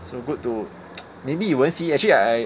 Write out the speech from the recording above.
so good to maybe you won't see actually I